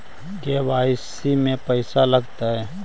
KYC में पैसा लगतै?